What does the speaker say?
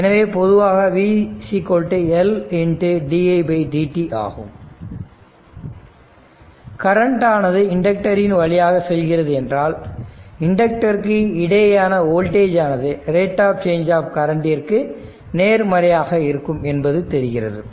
எனவே பொதுவாக v L di dt ஆகும் கரண்ட் ஆனது இண்டக்டர் இன் வழியாக செல்கிறது என்றால் இண்டக்டருக்கு இடையேயான வோல்டேஜ் ஆனது ரேட் ஆஃப் சேஞ்ச் ஆப் கரண்ட்டிர்க்கு நேர்மறையாக இருக்கும் என்பது தெரிகிறது